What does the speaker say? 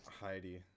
Heidi